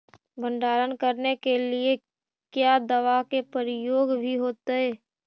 भंडारन करने के लिय क्या दाबा के प्रयोग भी होयतय?